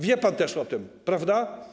Wie pan też o tym, prawda?